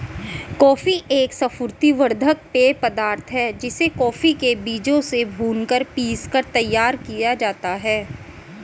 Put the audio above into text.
coffee एक स्फूर्ति वर्धक पेय पदार्थ है जिसे कॉफी के बीजों से भूनकर पीसकर तैयार किया जाता है